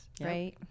right